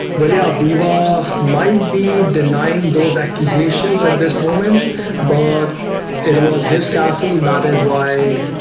well, yeah viva might be denying those accusations at this moment but it was his castle. that is why